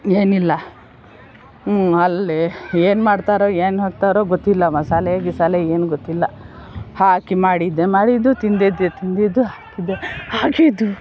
ಏನಿಲ್ಲ ಹ್ಞೂ ಅಲ್ಲೇ ಏನು ಮಾಡ್ತಾರೋ ಏನು ಹಾಕ್ತಾರೋ ಗೊತ್ತಿಲ್ಲ ಮಸಾಲೆ ಗಿಸಾಲೆ ಏನೂ ಗೊತ್ತಿಲ್ಲ ಹಾಕಿ ಮಾಡಿದ್ದೆ ಮಾಡಿದ್ದು ತಿಂದಿದ್ದೆ ತಿಂದಿದ್ದು ಹಾಗೆ ಇದ್ವು